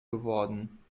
geworden